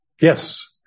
Yes